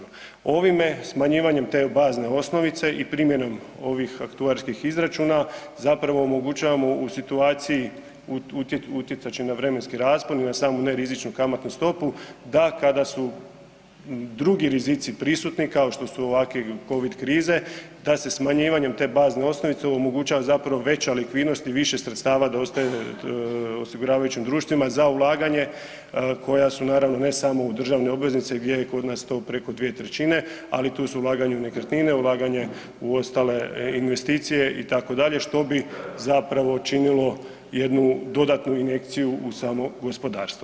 Ovime smanjivanjem te bazne osnovice i primjenom ovih aktuarskih izračuna zapravo omogućavamo u situaciji utjecat će na vremenski raspon i na samu nerizičnu kamatnu stopu da kada su drugi rizici prisutni kao što su ovakve Covid krize da se smanjivanjem te bazne osnovice omogućava zapravo veća likvidnost i više sredstava da ostaje osiguravajućim društvima za ulaganje koja su naravno ne samo u državne obveznice gdje je kod nas to preko 2/3, ali tu su ulaganja u nekretnine, ulaganje u ostale investicije itd. što bi zapravo činilo jednu dodatnu injekciju u samo gospodarstvo.